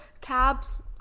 cabs